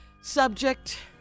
Subject